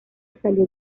salió